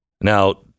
Now